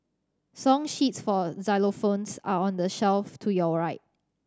song sheets for xylophones are on the shelf to your right